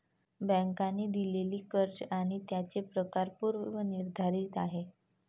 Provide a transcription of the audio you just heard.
बँकांनी दिलेली कर्ज आणि त्यांचे प्रकार पूर्व निर्धारित आहेत